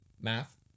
math